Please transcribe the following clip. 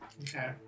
Okay